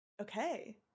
Okay